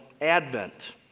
Advent